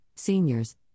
seniors